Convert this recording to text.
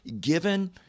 given